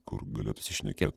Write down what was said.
kur gali apsišnekėt